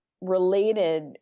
related